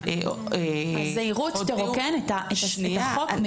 הזהירות תרוקן את החוק מתוכן.